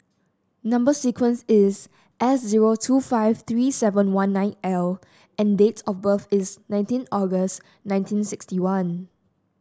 number sequence is S zero two five three seven one nine L and date of birth is nineteen August nineteen sixty one